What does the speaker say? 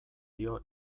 dio